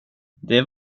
det